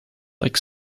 like